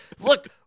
look